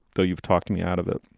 so you've talked me out of it.